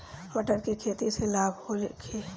मटर के खेती से लाभ होखे?